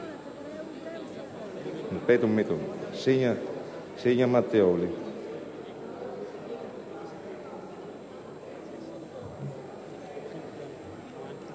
Grazie